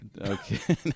Okay